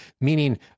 meaning